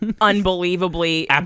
unbelievably